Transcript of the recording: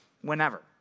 whenever